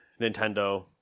Nintendo